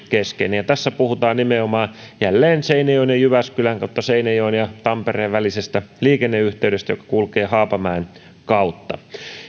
keskeinen ja tässä puhutaan nimenomaan jälleen seinäjoen ja jyväskylän kautta seinäjoen ja tampereen välisestä liikenneyhteydestä joka kulkee haapamäen kautta